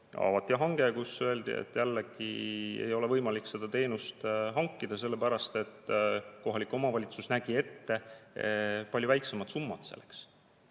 avati hange, kus öeldi, et jällegi ei ole võimalik seda teenust hankida, sellepärast et kohalik omavalitsus nägi selleks ette palju väiksema summa.